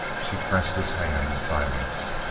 she pressed his hand in silence.